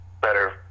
better